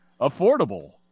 Affordable